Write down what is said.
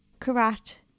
Karat